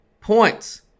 points